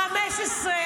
15,